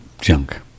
junk